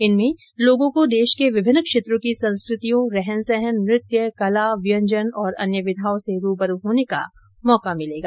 इनमें लोगों को देश के विभिन्न क्षेत्रों की संस्कृतियों रहन सहन नृत्य कला व्यंजन और विघाओं से रू ब रू होने का मौका मिलेगा